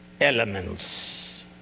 elements